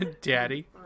Daddy